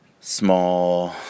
small